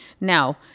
Now